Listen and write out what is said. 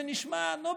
זה נשמע: נו,